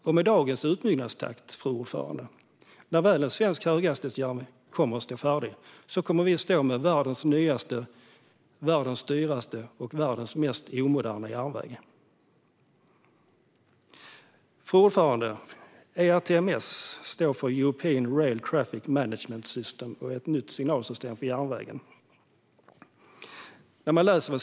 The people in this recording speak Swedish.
När en svensk höghastighetsjärnväg väl kommer att stå färdig, med dagens utbyggnadstakt, kommer vi att stå med världens dyraste och världens mest omoderna järnväg. Fru talman! ERTMS, European Rail Traffic Management System, är ett nytt signalsystem för järnvägen.